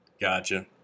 Gotcha